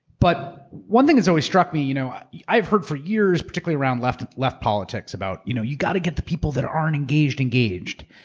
but one thing has always struck me, you know i have heard for years, particularly around left left politics about you know you got to get the people that aren't engaged, engaged.